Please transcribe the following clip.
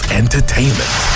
entertainment